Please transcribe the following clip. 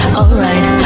alright